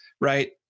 right